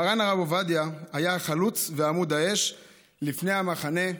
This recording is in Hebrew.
מרן הרב עובדיה היה החלוץ ועמוד האש לפני המחנה,